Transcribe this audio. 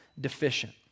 deficient